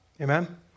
Amen